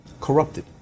corrupted